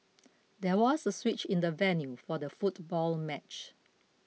there was a switch in the venue for the football match